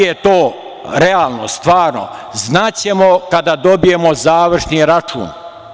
Da li je to realno, stvarno znaćemo kada dobijemo završni račun.